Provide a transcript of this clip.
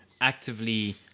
actively